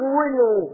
real